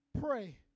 pray